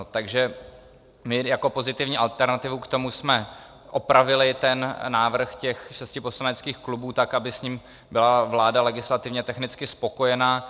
Takže my jako pozitivní alternativu k tomu jsme opravili ten návrh šesti poslaneckých klubů tak, aby s ním byla vláda legislativně technicky spokojena.